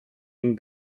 and